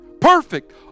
Perfect